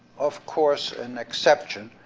of course, an exception,